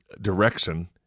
direction